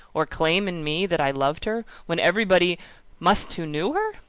or claim in me, that i loved her, when everybody must who knew her?